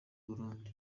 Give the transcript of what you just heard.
burundi